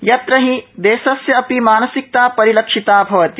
यत्र हि देशस्य अपि मानसिकता परिलक्षिता भवति